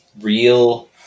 Real